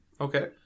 Okay